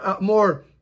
more